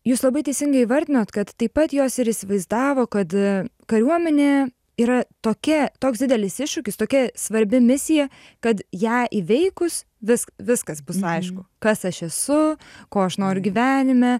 jūs labai teisingai įvardinot kad taip pat jos ir įsivaizdavo kad kariuomenė yra tokia toks didelis iššūkis tokia svarbi misija kad ją įveikus vis viskas bus aišku kas aš esu ko aš noriu gyvenime